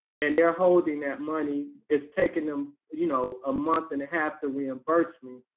and they're holding that money is taking them, you know, a month and a half to reimburse me,